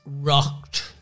rocked